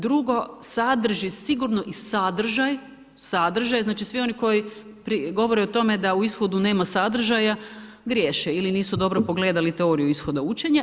Drugo, sadrži sigurno i sadržaj, znači svi oni koji govore o tome da u ishodu nema sadržaja griješe, ili nisu dobro pogledali teoriju ishoda učenja.